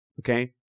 Okay